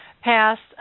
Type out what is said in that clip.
passed